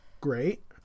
great